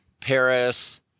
Paris